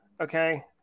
Okay